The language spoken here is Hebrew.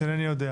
אינני יודע.